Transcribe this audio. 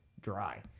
dry